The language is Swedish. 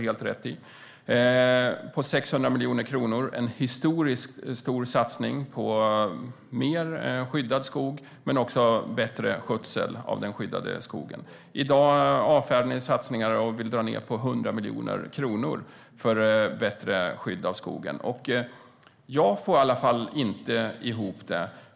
Det var en historiskt stor satsning på mer skyddad skog men också på bättre skötsel av den skyddade skogen. I dag avfärdar ni satsningar och vill dra ned med 100 miljoner kronor för bättre skydd av skogen. Jag får i alla fall inte ihop detta.